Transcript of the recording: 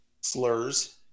slurs